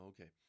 okay